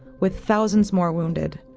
with thousands more wounded.